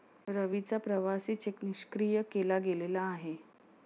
रवीचा प्रवासी चेक निष्क्रिय केला गेलेला आहे